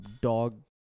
dog